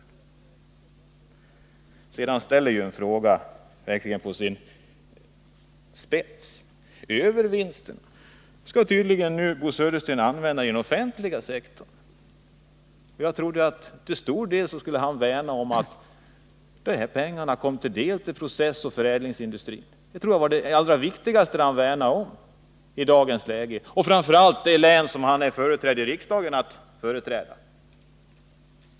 Bo Södersten ställde verkligen frågan om övervinsterna på sin spets. Övervinsterna skall tydligen Bo Södersten nu använda i den offentliga sektorn. Jag trodde att han skulle värna om att dessa pengar kom processoch förädlingsindustrin till del. Det trodde jag var det allra viktigaste att värna om i dagens läge, framför allt i det län som han är vald att företräda i riksdagen.